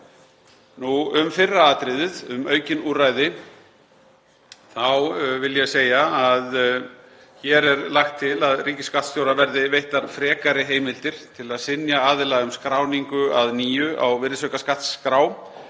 Um fyrra atriðið, um aukin úrræði, vil ég segja að hér er lagt til að ríkisskattstjóra verði veittar frekari heimildir til að synja aðila um skráningu að nýju á virðisaukaskattsskrá.